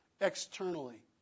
externally